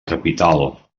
capital